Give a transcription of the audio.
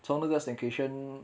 从那个 staycation